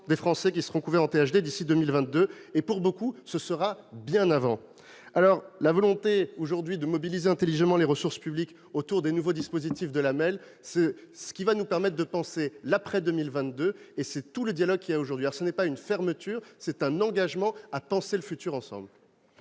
des Français seront couverts en très haut débit d'ici à 2022, et pour beaucoup ce sera bien avant. La volonté de mobiliser intelligemment les ressources publiques autour des nouveaux dispositifs de l'AMEL va nous permettre de penser l'après-2022. C'est tout le dialogue qui a lieu aujourd'hui. Ce n'est pas une fermeture, c'est un engagement à penser le futur ensemble